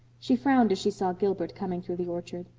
she frowned as she saw gilbert coming through the orchard.